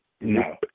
No